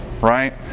right